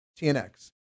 TNX